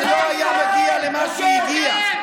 זה לא היה מגיע למה שהגיע.